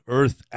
earth